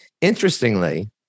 Interestingly